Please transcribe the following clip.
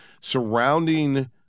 surrounding